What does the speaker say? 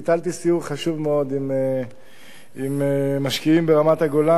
ביטלתי סיור חשוב מאוד עם משקיעים ברמת-הגולן,